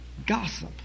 gossip